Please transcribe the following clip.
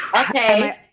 okay